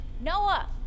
Noah